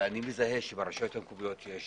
אבל אני מזהה שברשויות המקומיות יש